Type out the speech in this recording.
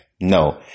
No